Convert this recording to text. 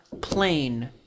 plain